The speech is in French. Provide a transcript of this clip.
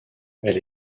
elle